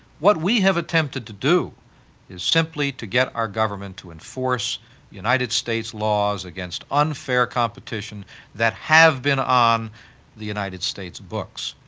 what we have attempted to do is simply to get our government to enforce the united states laws against unfair competition that have been on the united states' books.